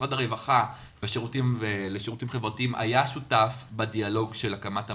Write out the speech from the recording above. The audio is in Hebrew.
משרד הרווחה והשירותים החברתיים היה שותף בדיאלוג של הקמת המערכת.